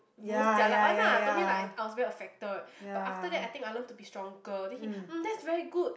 most jialat one ah I told him like I was very affected but after that I think I learnt to be stronger then he mm that's very good